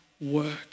work